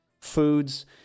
foods